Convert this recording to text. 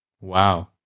Wow